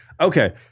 Okay